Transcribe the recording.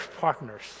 partners